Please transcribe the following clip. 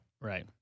Right